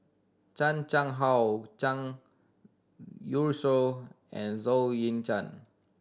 Chan Chang How Zhang Youshuo and Zhou Ying Zhan